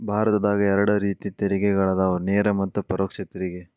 ಭಾರತದಾಗ ಎರಡ ರೇತಿ ತೆರಿಗೆಗಳದಾವ ನೇರ ಮತ್ತ ಪರೋಕ್ಷ ತೆರಿಗೆ